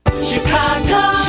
Chicago